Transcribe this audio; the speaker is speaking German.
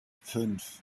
fünf